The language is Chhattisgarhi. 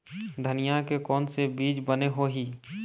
धनिया के कोन से बीज बने होही?